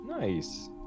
Nice